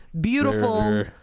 Beautiful